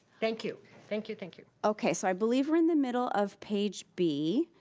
thank you. thank you, thank you. okay, so i believe we're in the middle of page b.